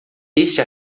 este